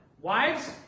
Wives